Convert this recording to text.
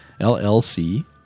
LLC